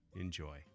enjoy